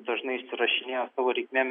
dažnai įsirašinėjo savo reikmėm